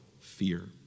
fear